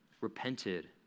repented